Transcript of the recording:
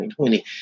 2020